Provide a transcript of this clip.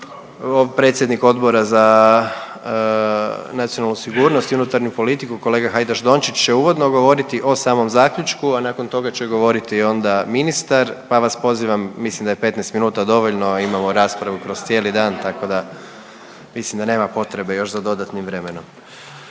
Predsjednik Odbora za nacionalnu sigurnost i unutarnju politiku kolega Hajdaš Dončić će uvodno govoriti o samom zaključku, a nakon toga će govoriti onda ministar pa vas pozivam, mislim da je 15 minuta dovoljno, imamo raspravu kroz cijeli dan tako da mislim da nema potrebe još za dodatnim vremenom.